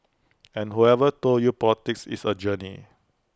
and whoever told you politics is A journey